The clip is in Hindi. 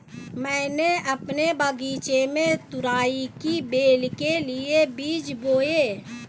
मैंने अपने बगीचे में तुरई की बेल के लिए बीज बोए